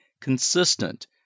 consistent